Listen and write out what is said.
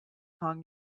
hung